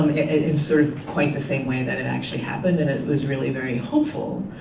in sort of quite the same way that it actually happened and it was really very hopeful.